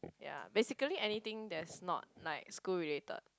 ya basically anything that's not like school related